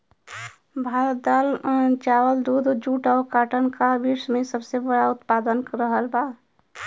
भारत दाल चावल दूध जूट और काटन का विश्व में सबसे बड़ा उतपादक रहल बा